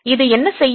இது என்ன செய்யும்